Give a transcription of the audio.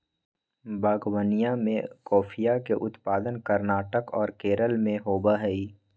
बागवनीया में कॉफीया के उत्पादन कर्नाटक और केरल में होबा हई